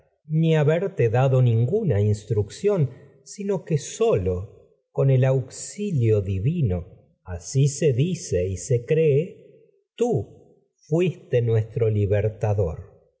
ni haberte ninguna instrucción sino no que solo con el auxilio divi liberta a así se dice y se cree tú fuiste nuestro